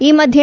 ಈ ಮಧ್ಯೆ